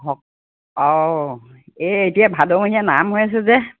হক এই এতিয়া ভাদমহীয়া নাম হৈ আছে যে